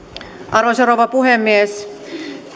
arvoisa rouva puhemies